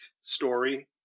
story